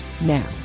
now